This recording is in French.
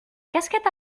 casquette